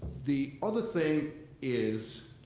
the other thing is,